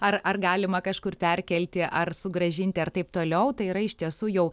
ar ar galima kažkur perkelti ar sugrąžinti ar taip toliau tai yra iš tiesų jau